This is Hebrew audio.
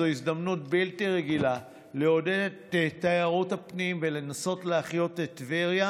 זו הזדמנות בלתי רגילה לעודד את תיירות הפנים ולנסות להחיות את טבריה,